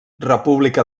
república